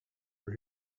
were